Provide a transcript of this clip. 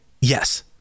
Yes